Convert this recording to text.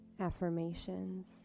affirmations